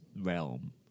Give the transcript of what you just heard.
realm